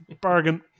bargain